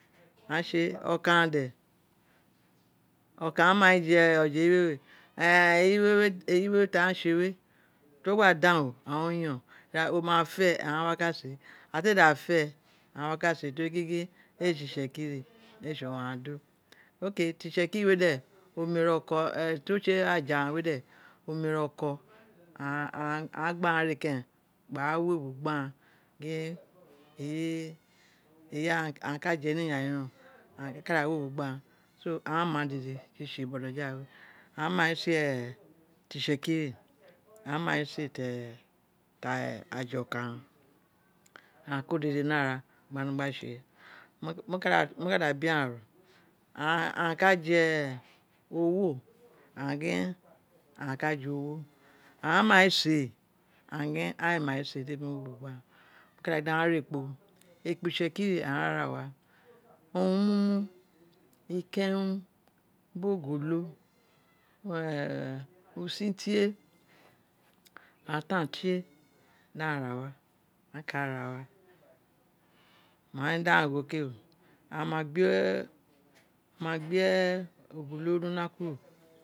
Aghan tse, o ko aghan de oko aghan mai je eyi ise? E eyi we tanghi tse we to gba dangho ain o yon o ma fe aghan wa ka se, ira tee da fe aghan wa ka se, ten gingin ee tse itse kin ee tse aghan do okay ti itsekiri we de? Omere oko to tse aja we de ome re oko ro aghan aghan, gba ghan re gba gha wewe ro gbe agha eyi aghan no je ni iyanyi ren o, o ka da wewe ro gba gha so aghan ma dede tsi tsi boto jaiwe aghan mai se ti itsekiri aghan mai se e taja oko aghan, aghan ko dede ni ara gba nogba tse mo ka da bi aghan ro aghan ka je owo, aghan gin aghan ka je owo, aghan mai se? Aghan gin aghan ee mai se, demi wewe ro gbe aghan, mo ka dai gin di aghan a ra ekpo ekpo itsekiri we owun aghan wa ra wa owrumumu, ikanwu bin ogolo usun tie, atan tie mai dangha ra wa, mai daghan yho ke, ama gbe ma gbee ogolo ni una kuro.